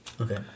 Okay